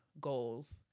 goals